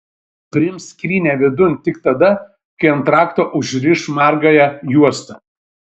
priims skrynią vidun tik tada kai ant rakto užriš margąją juostą